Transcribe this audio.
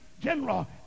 general